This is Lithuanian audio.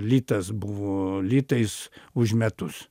litas buvo litais už metus